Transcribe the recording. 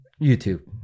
YouTube